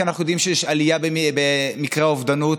כי אנחנו יודעים שיש עלייה במקרי האובדנות,